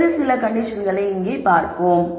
வேறு சில கண்டிஷன்களை இங்கே பார்ப்போம்